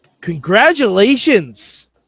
Congratulations